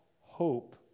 hope